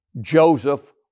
Joseph